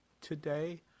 today